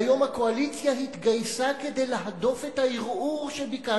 היום הקואליציה התגייסה כדי להדוף את הערעור שביקשתי,